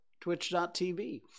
Twitch.tv